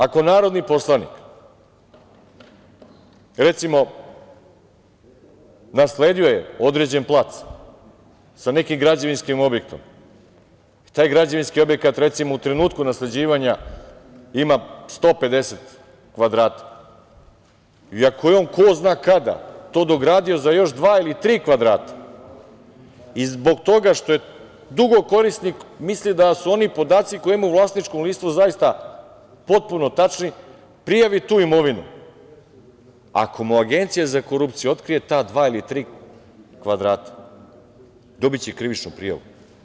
Ako narodni poslanik, recimo, nasleđuje određen plac sa nekim građevinskim objektom, taj građevinski objekat, recimo u trenutku nasleđivanja ima 150 kvadrata i ako je on ko zna kada to dogradio za još dva ili tri kvadrata i zbog toga što je dugo korisnik misli da su oni podaci koje ima u vlasničkom listu zaista potpuno tačni, prijavi tu imovinu i ako mu Agencija za korupciju otkrije ta dva ili tri kvadrata, dobiće krivičnu prijavu.